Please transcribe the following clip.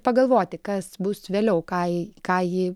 pagalvoti kas bus vėliau ką ką ji